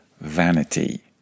vanity